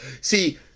See